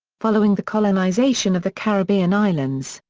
following the colonisation of the caribbean islands,